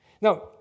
Now